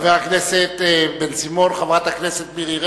חברת הכנסת מירי רגב,